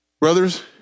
Brothers